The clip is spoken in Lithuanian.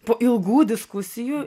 po ilgų diskusijų